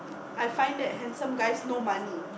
I find that handsome guys no money